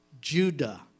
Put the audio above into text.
Judah